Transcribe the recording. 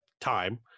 time